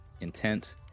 intent